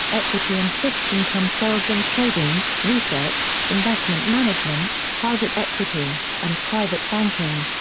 equity and fixed-income sales and trading, research, investment management, private equity, and private banking.